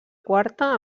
quarta